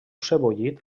sebollit